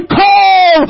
call